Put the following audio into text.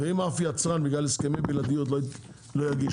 ואם אף יצרן בגלל הסכמי בלעדיות לא יגיש?